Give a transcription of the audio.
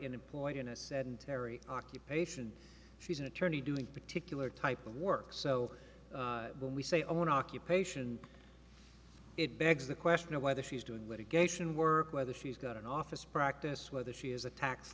employee in a sedentary occupation she's an attorney doing particular type of work so when we say own occupation it begs the question of whether she's doing litigation work whether she's got an office practice whether she is a tax